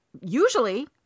usually